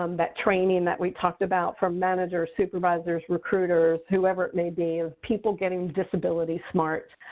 um that training that we talked about from managers, supervisors, recruiters, whoever it may be, people getting disability smart.